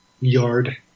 yard